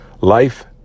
Life